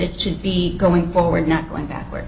it should be going forward not going backwards